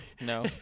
No